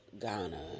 Ghana